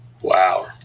Wow